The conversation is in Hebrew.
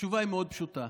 התשובה היא מאוד פשוטה.